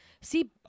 See